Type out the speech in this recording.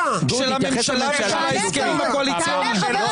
של הממשלה ושל ההסכמים הקואליציוניים.